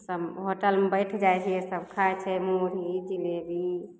सब होटलमे बैठ जाइ छियै सब खाइ छै मुरही जिलेबी